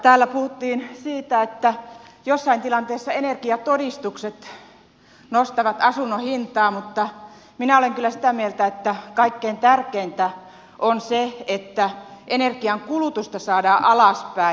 täällä puhuttiin siitä että jossain tilanteessa energiatodistukset nostavat asunnon hintaa mutta minä olen kyllä sitä mieltä että kaikkein tärkeintä on se että energian kulutusta saadaan alaspäin